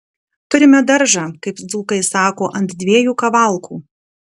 turime daržą kaip dzūkai sako ant dviejų kavalkų